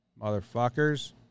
Motherfuckers